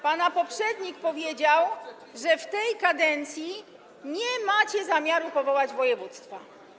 Pana poprzednik powiedział, że w tej kadencji nie macie zamiaru powoływać województwa.